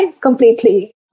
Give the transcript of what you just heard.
Completely